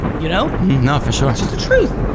you know? no, for sure. it's just the truth,